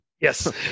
yes